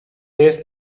jest